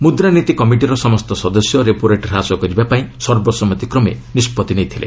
ମୁଦ୍ରାନୀତି କମିଟିର ସମସ୍ତ ସଦସ୍ୟ ରେପୋରେଟ୍ ହ୍ରାସ କରିବା ପାଇଁ ସର୍ବସମ୍ମତିକ୍ରମେ ନିଷ୍ପଭି ନେଇଥିଲେ